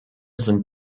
sind